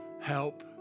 help